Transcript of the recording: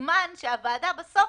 בזמן שהוועדה בסוף